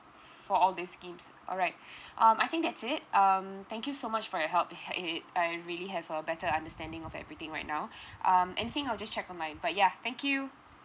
for all these schemes alright um I think that's it um thank you so much for your help it I really have a better understanding of everything right now um anything I'll just check on my but yeah thank you